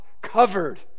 covered